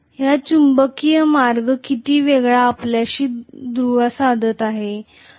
हा चुंबकीय मार्ग किती वेळा आपल्याशी दुवा साधत आहे